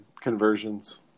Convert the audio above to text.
conversions